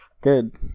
good